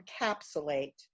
encapsulate